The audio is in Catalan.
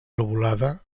lobulada